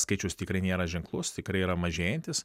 skaičius tikrai nėra ženklus tikrai yra mažėjantis